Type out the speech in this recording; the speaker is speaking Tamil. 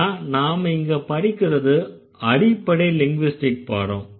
ஆனா நாம இங்க படிக்கறது அடிப்படை லிங்விஸ்டிக் பாடம்